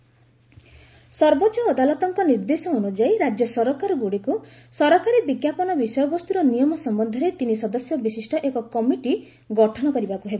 states ସର୍ବୋଚ୍ଚ ଅଦାଲତଙ୍କ ନିର୍ଦ୍ଦେଶ ଅନୁଯାୟୀ ରାଜ୍ୟ ସରକାରଗୁଡ଼ିକୁ ସରକାରୀ ବିଜ୍ଞାପନ ବିଷୟବସ୍ତୁର ନିୟମ ସମ୍ଭନ୍ଧରେ ତିନି ସଦସ୍ୟ ବିଶିଷ୍ଟ ଏକ କମିଟି ଗଠନ କରିବାକୁ ହେବ